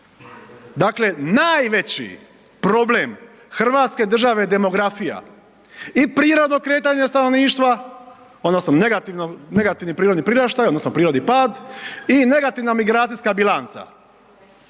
Dakle, najveći problem Hrvatske države je demografija i prirodno kretanje stanovništva odnosno negativni prirodni priraštaj odnosno prirodni pad i negativna migracijska bilanca.